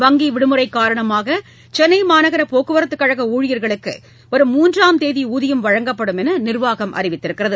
வங்கி விடுமுறை காரணமாக சென்னை மாநகரப் போக்குவரத்துக் கழக ஊழியர்களுக்கு வரும் மூன்றாம் தேதி ஊதியம் வழங்கப்படும் என்று நிர்வாகம் அறிவித்துள்ளது